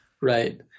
Right